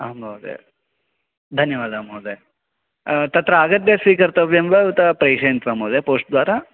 आं महोदय धन्यवादाः महोदय तत्र आगत्य स्वीकर्तव्यं वा उत प्रेषयन्ति वा महोदय पोष्ट् द्वारा